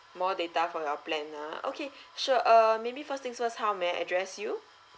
more data for your plan ah okay sure err maybe first thing first how may I address you